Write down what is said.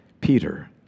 Peter